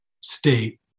state